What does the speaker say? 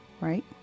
right